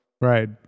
Right